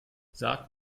sag